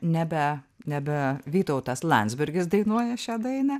nebe nebe vytautas landsbergis dainuoja šią dainą